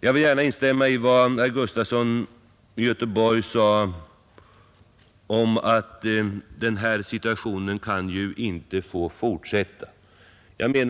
Jag vill gärna instämma i vad herr Gustafson i Göteborg sade att denna utveckling inte kan få fortsätta, utan